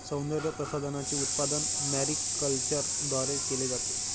सौंदर्यप्रसाधनांचे उत्पादन मॅरीकल्चरद्वारे केले जाते